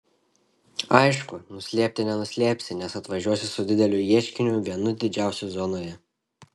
aišku nuslėpti nenuslėpsi nes atvažiuosi su dideliu ieškiniu vienu didžiausių zonoje